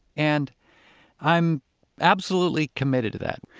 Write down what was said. and i'm absolutely committed to that.